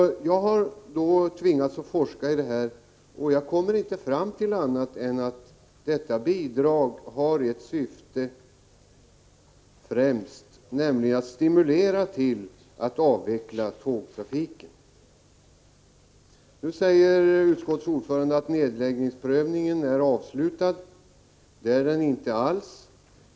Jag har tvingats forska i det, och jag har inte kunnat komma fram till annat än att detta bidrag har till främsta syfte att stimulera till att avveckla tågtrafiken. Utskottets ordförande säger att nedläggningsprövningen är avslutad. Det är den inte alls.